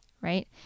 right